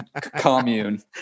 commune